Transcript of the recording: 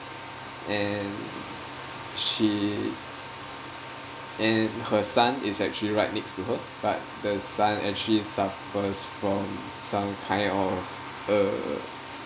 and she and her son is actually right next to her but the son actually suffers from some kind of a